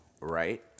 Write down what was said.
right